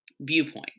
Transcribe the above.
viewpoint